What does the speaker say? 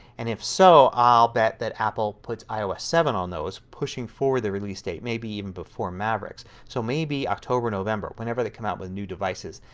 and if so i'll bet that apple puts ios seven on those pushing forward the release date, maybe even before mavericks. so maybe october or november. whenever they come out with new devices.